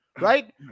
Right